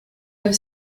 have